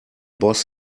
boss